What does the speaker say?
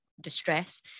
distress